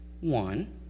one